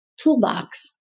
toolbox